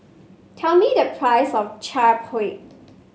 tell me the price of Chaat Papri